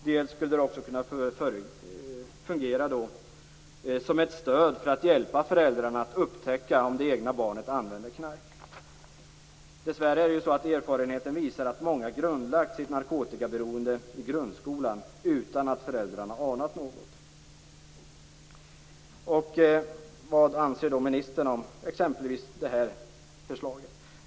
Det skulle dessutom kunna fungera som ett stöd för att hjälpa föräldrarna att upptäcka om det egna barnet använder knark. Dessvärre visar erfarenheten att många har grundlagt sitt narkotikaberoende i grundskolan utan att föräldrarna har anat något. Vad anser då ministern om detta förslag?